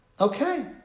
okay